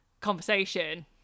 conversation